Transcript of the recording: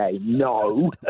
no